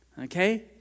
Okay